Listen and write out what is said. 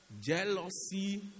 jealousy